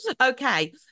Okay